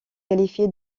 qualifié